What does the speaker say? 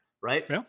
right